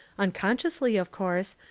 uncon sciously of course,